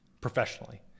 professionally